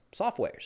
softwares